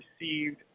received